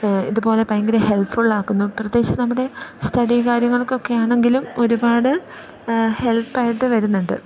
ഇതുപോലെ ഭയങ്കര ഹെൽപ്ഫുള്ള് ആക്കുന്നു പ്രത്യേകിച്ച് നമ്മുടെ സ്റ്റഡി കാര്യങ്ങൾക്കൊക്കെ ആണെങ്കിലും ഒരുപാട് ഹെൽപ്പ് ആയിട്ട് വരുന്നുണ്ട്